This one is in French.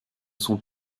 sont